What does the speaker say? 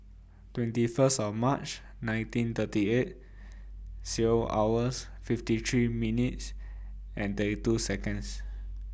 twenty First of March nineteen thirty eight C O hours fifty three minutes and thirty two Seconds